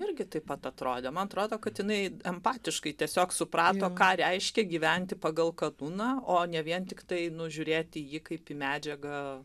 irgi taip pat atrodė man atrodo kad jinai empatiškai tiesiog suprato ką reiškia gyventi pagal kanuną o ne vien tiktai nu žiūrėti į jį kaip į medžiagą